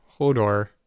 hodor